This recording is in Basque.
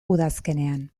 udazkenean